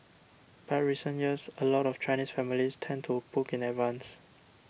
but recent years a lot of Chinese families tend to book in advance